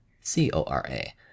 C-O-R-A